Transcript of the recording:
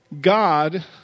God